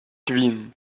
kvin